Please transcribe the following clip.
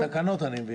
זה תקנות.